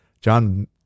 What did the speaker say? john